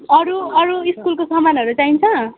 अरू अरू स्कुलको सामानहरू चाहिन्छ